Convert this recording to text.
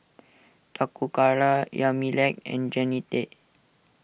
Toccara Yamilex and Jennette